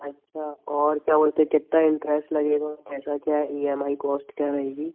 अच्छा और क्या बोलते हैं कितना इंट्रेस्ट लगेगा और कैसा क्या ई एम आई कॉस्ट क्या रहेगी